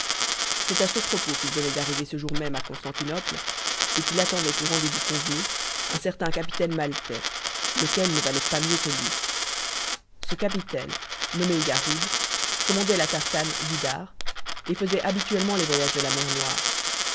c'est à ce propos qu'il venait d'arriver ce jour même à constantinople et qu'il attendait au rendez-vous convenu un certain capitaine maltais lequel ne valait pas mieux que lui ce capitaine nommé yarhud commandait la tartane guïdare et faisait habituellement les voyages de la mer noire